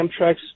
amtrak's